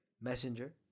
messenger